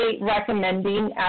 recommending